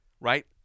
right